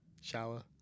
Shower